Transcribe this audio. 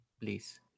please